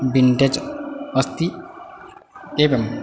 vintage अस्ति एवं